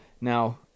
Now